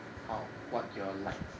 how what your like